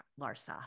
Larsa